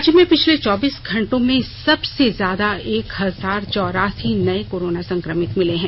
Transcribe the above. राज्य में पिछले चौबीस घंटों में सबसे ज्यादा एक हजार चौरासी नए कोरोना संक्रमित मिले हैं